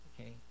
okay